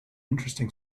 interesting